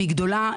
שהיא גדולה,